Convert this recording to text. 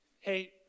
hey